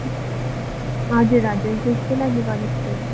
हजुर हजुर त्यसकै लागि गरेको थिएँ